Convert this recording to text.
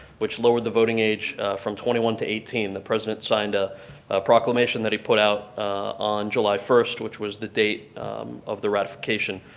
which lowered the voting age from twenty one to eighteen. the president signed a proclamation that he put out on july first, which was the date of the ratification.